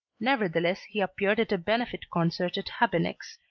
nevertheless he appeared at a benefit concert at habeneck's,